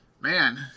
man